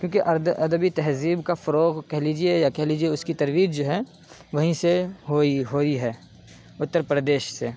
کیونکہ ارد ادبی تہذیب کا فروغ کہہ لیجیے یا کہہ لیجیے اس کی ترویج جو ہے وہیں سے ہوئی ہوئی ہے اتّر پردیس سے